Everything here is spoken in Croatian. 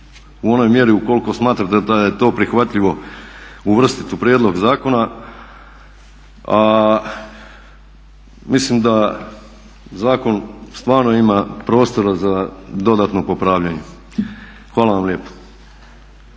u onoj mjeri u koliko smatrate da je to prihvatljivo, uvrstiti u prijedlog zakona. A mislim da zakon stvarno ima prostora za dodatno popravljanje. Hvala vam lijepo.